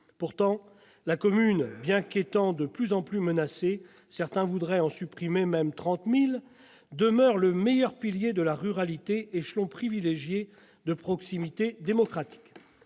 Pourtant, la commune, bien qu'étant de plus en plus menacée- certains voudraient même en supprimer 30 000 !-, demeure le meilleur pilier de la ruralité, échelon privilégié de proximité démocratique.